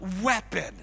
weapon